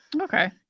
Okay